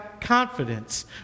confidence